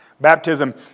Baptism